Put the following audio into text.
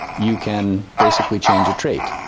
you can basically change a trait,